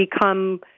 become